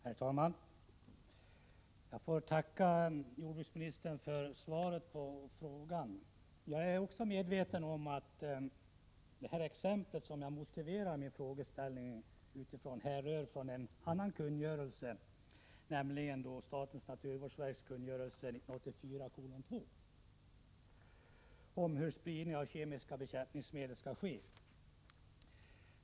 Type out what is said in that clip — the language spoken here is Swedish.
Herr talman! Jag får tacka jordbruksministern för svaret på min fråga. Jag är medveten om att det exempel som jag motiverade min frågeställning utifrån härrör från en annan kungörelse, nämligen statens naturvårdsverks kungörelse 1984:2 om hur spridning av kemiska bekämpningsmedel skall ske.